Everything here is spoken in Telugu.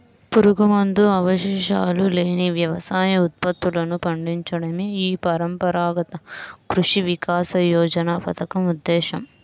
పురుగుమందు అవశేషాలు లేని వ్యవసాయ ఉత్పత్తులను పండించడమే ఈ పరంపరాగత కృషి వికాస యోజన పథకం ఉద్దేశ్యం